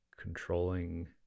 controlling